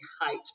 height